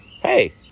Hey